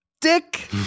Dick